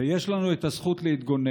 ויש לנו את הזכות להתגונן,